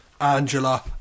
Angela